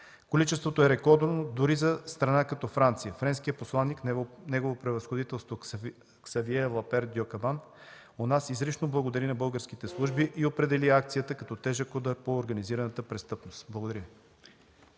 Количеството е рекордно дори и за страна като Франция. Френският посланик у нас Негово Превъзходителство Ксавие Лапер дьо Кабан изрично благодари на българските служби и определи акцията като тежък удар по организираната престъпност. Благодаря.